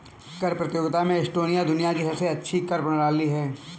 कर प्रतियोगिता में एस्टोनिया दुनिया की सबसे अच्छी कर प्रणाली है